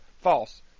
false